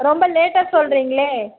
ரொம்ப லேட்டாக சொல்கிறீங்களே